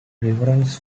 references